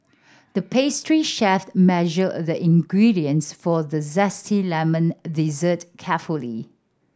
the pastry chef measured the ingredients for the zesty lemon dessert carefully